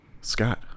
Scott